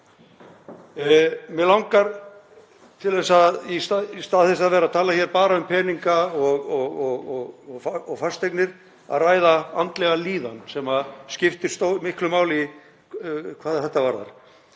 Mig langar í stað þess að vera að tala hér bara um peninga og fasteignir að ræða andlega líðan sem skiptir miklu máli hvað þetta varðar.